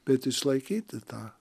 bet išlaikyti tą